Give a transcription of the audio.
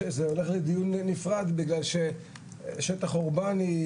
זה דיון נפרד בגלל השטח האורבני,